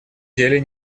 деле